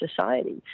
society